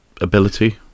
ability